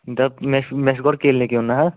دَپ مےٚ چھُ مےٚ چھُ گۄڈٕ کِلنِک یُن نہ حظ